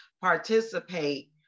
participate